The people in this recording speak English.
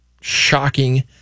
shocking